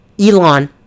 Elon